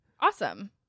Awesome